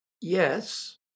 Yes